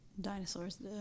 dinosaurs